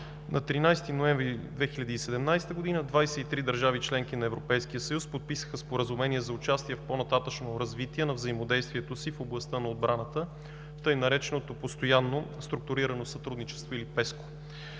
На 13 ноември 2017 г. 23 държави – членки на Европейския съюз, подписаха Споразумение за участие в по-нататъшно развитие на взаимодействието си в областта на отбраната, тъй нареченото „Постоянно структурирано сътрудничество” или ПЕСКО.